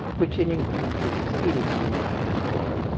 which in england is exceedingly well cared for.